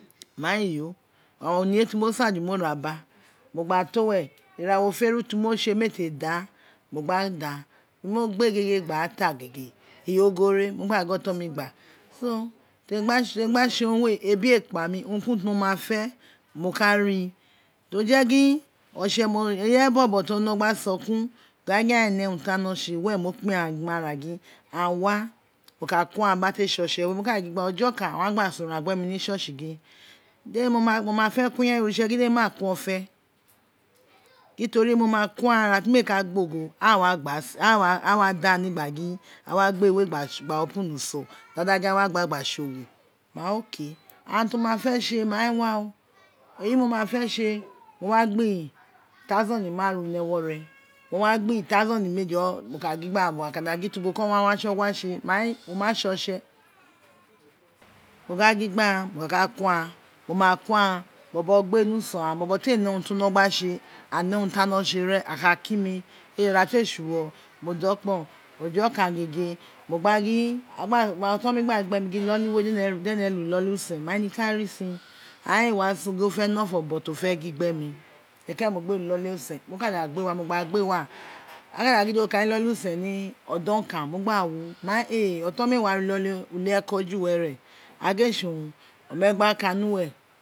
Mai iyo oronno oniye ti mo san ju mo re a ba mo gba to were irawo iferu ti mo tse mee te da mo gba ta biri mo gbe gege gba ra ta gege eyi ogho re mo gba gin oton mi gba so temi gba tse urun we ebi we kpai urun ki urun ti mo ma fe mo ka ri o je gin ireye bobo to no gba sokun gin aghan ee ne urun ti aghan wino tse were mo kpe aghan ma ara gin aghan wa mo ka ko aghan biri a te se oke we ojo oban owun a gba so ran gbe mi ri church gin mo ma fe ko ireye oritse jin si emi ma ko ojon gun teri mo ma ko aghan ira ti mee gba ogho aghan ee wa gba sa dan gin eghan wa gba eyi gba open wo da da gin aghan wa gba gba tse owo aghan to wa fe tse mai elwa o eyi mo ma fe tse mo wa gba thousand naira ni ewo re mo wa gba thousand meji ri ewu re gin gbe aghan aghan ka gin tu boko aghan wa tsigua tse mai wo ma tse otse mo gba gin gbe aghan mo ka ko aghan mo ma ko aghan bobo te ne urun ti lorin wino gba tse aghan ne urun ti aghan tse ren aghan ka kiri mi ira tee tsu wo modoko ojo okan gege mo gba gin oton mi gba gin iloli we dene re iloli usen ain ee wa sun ain o ne odi bibi ti o fe gin gbe mi kekeke mo gbe re iloli usen mo ka da agbey wa aka da gin do kaui iloli usen ni odon okan mo gba wu main e oton mi we wa re ulieko ju were agin ee tse urun